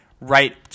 right